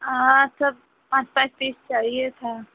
हाँ सब पाँच पाँच पीस चाहिए था